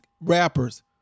rappers